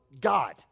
God